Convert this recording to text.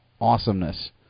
awesomeness